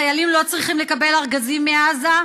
חיילים לא צריכים לקבל ארגזים מעזה.